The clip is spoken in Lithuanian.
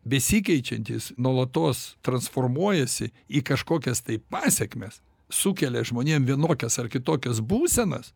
besikeičiantys nuolatos transformuojasi į kažkokias tai pasekmes sukelia žmonėm vienokias ar kitokias būsenas